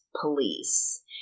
police